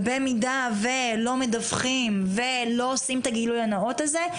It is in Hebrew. במידה ולא מדווחים ולא עושים את הגילוי הנאות הזה,